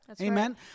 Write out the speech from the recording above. Amen